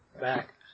back